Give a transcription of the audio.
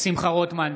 שמחה רוטמן,